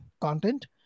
content